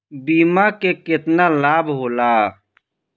बीमा के केतना लाभ होला?